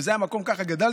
וזה המקום שבו גדלתי,